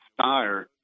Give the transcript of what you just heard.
Steyer